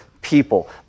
people